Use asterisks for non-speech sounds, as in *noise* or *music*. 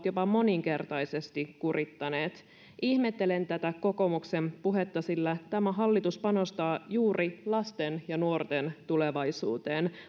*unintelligible* jopa moninkertaisesti kurittaneet ihmettelen tätä kokoomuksen puhetta sillä tämä hallitus panostaa juuri lasten ja nuorten tulevaisuuteen